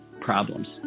problems